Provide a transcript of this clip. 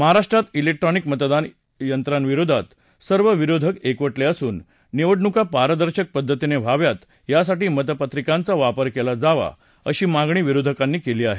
महाराष्ट्रात इलेक्ट्रॉनिक मतदान यंत्रांविरोधता सर्व विरोधक एकवटले असून निवडणुका पारदर्शक पद्धतीनं व्हाव्यात यासाठी मतपत्रिकांचा वापर केला जावा अशी मागणी विरोधकांनी केली आहे